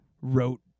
wrote